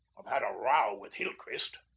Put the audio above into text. i've had a row with hillcrist.